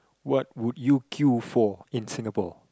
what would you queue for in Singapore